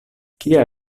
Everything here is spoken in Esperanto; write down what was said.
kia